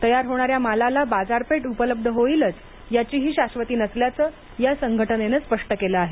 तयार होणाऱ्या मालाला बाजारपेठ उपलब्ध होईलच याचीही शाश्वती नसल्याचं या संघटनेनं स्पष्ट केलं आहे